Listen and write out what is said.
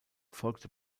folgte